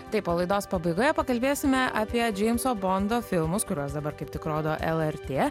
taip o laidos pabaigoje pakalbėsime apie džeimso bondo filmus kuriuos dabar kaip tik rodo lrt